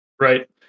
Right